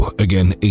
Again